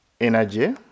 energy